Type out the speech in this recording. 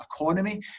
economy